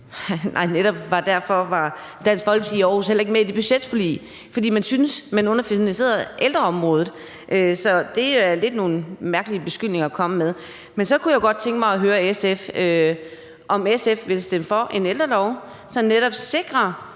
Netop derfor var Dansk Folkeparti i Aarhus heller ikke med i det budgetforlig, fordi man syntes, man underfinansierede ældreområdet. Så det er lidt nogle mærkelige beskyldninger at komme med. Så kunne jeg godt tænke mig at høre SF's ordfører, om SF vil stemme for en ældrelov, som netop sikrer